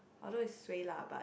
I know is suay lah but